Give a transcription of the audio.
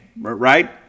right